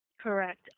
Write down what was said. Correct